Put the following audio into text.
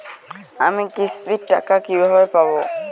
আমি কিস্তির টাকা কিভাবে পাঠাব?